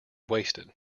wasted